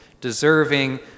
deserving